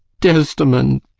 desdemon!